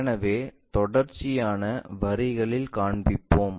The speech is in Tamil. எனவே தொடர்ச்சியான வரிகளில் காண்பிப்போம்